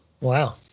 Wow